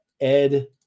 Ed